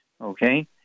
Okay